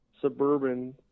Suburban